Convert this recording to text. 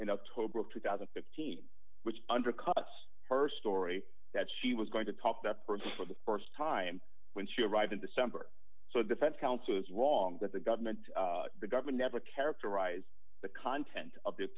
in october of two thousand and fifteen which undercuts her story that she was going to talk that person for the st time when she arrived in december so the defense counsel was wrong that the government the government never characterized the content of the